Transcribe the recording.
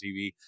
TV